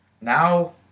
Now